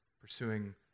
pursuing